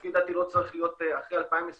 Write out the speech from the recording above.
לפי דעתי זה לא צריך להיות אחרי 2023,